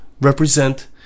represent